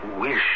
wish